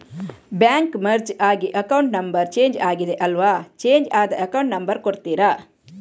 Bank merge ಆಗಿ account number change ಆಗಿದೆ ಅಲ್ವಾ, ಚೇಂಜ್ ಆದ ಅಕೌಂಟ್ ನಂಬರ್ ಕೊಡ್ತೀರಾ?